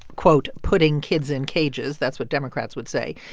quote, putting kids in cages. that's what democrats would say.